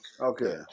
Okay